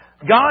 God